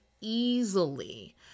easily